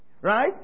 Right